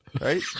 right